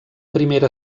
primera